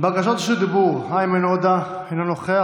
בקשות רשות דיבור: איימן עודה, אינו נוכח.